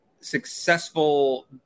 successful